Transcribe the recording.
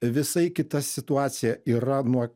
visai kita situacija yra nuo